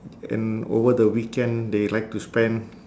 and over the weekend they like to spend